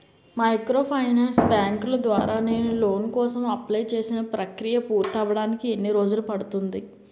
Microfinance బ్యాంకుల ద్వారా నేను లోన్ కోసం అప్లయ్ చేసిన ప్రక్రియ పూర్తవడానికి ఎన్ని రోజులు పడుతుంది?